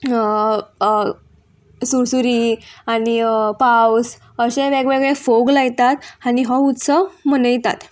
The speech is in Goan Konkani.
सुरसुरी आनी पावस अशे वेगवेगळे फोग लायतात आनी हो उत्सव मनयतात